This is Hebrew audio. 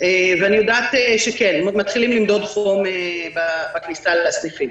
אני יודעת שכן מתחילים למדוד חום בכניסה לסניפים.